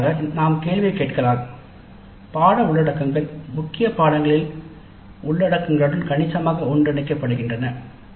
மாற்றாக நாம் கேள்வியைக் கேட்கலாம் "பாடநெறி உள்ளடக்கங்கள் முக்கிய பாடநெறிகளின் உள்ளடக்கங்களுடன் கணிசமாக ஒன்றிணைகின்றன"